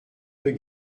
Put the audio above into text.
peu